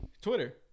Twitter